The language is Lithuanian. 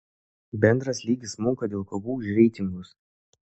bendras lygis smunka dėl kovų už reitingus